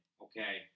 Okay